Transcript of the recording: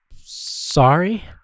sorry